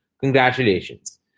Congratulations